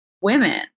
women